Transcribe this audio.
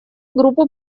группы